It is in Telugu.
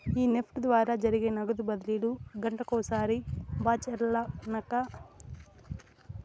ఈ నెఫ్ట్ ద్వారా జరిగే నగదు బదిలీలు గంటకొకసారి బాచల్లక్కన ఒదులుతారు